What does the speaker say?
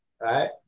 Right